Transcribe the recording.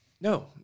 No